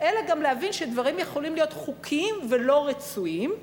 אלא גם להבין שדברים יכולים להיות חוקיים ולא רצויים,